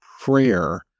prayer